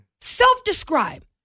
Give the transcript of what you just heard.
self-describe